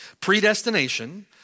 predestination